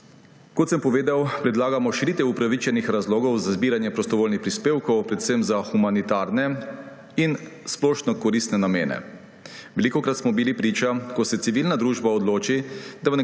Kot sem povedal, predlagamo širitev upravičenih razlogov za zbiranje prostovoljnih prispevkov, predvsem za humanitarne in splošno koristne namene. Velikokrat smo bili priča, ko se civilna družba odloči,